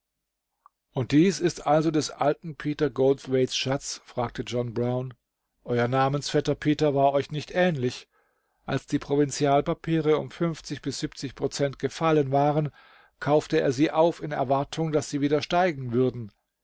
und dies ist also des alten peter goldthwaites schatz sagte john brown euer namensvetter peter war euch nicht ähnlich als die provinzialpapiere um fünfzig bis siebenzig prozent gefallen waren kaufte er sie auf in erwartung daß sie wieder steigen würden